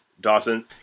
Dawson